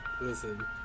Listen